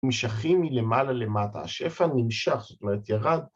‫נמשכים מלמעלה למטה. ‫השפע נמשך, זאת אומרת, ירד.